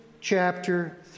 chapter